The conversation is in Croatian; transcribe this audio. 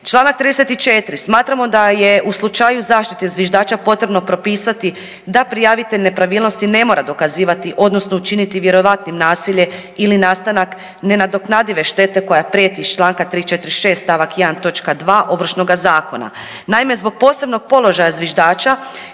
Čl. 34., smatramo da je u slučaju zaštite zviždača potrebno propisati da prijavitelj nepravilnosti ne mora dokazivati odnosno učiniti vjerojatnim nasilje ili nastanak nenadoknadive štete koja prijeti iz čl. 346. st. 1. toč. 2. Ovršnoga zakona. Naime, zbog posebnog položaja zviždača